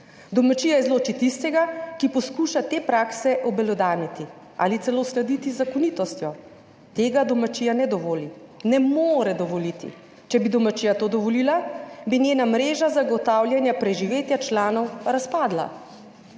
domačija izloči tistega, ki poskuša te prakse obelodaniti ali celo uskladiti z zakonitostjo. Tega domačija ne dovoli, ne more dovoliti. Če bi domačija to dovolila, bi njena mreža zagotavljanja preživetja članov razpadla.